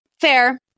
fair